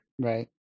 right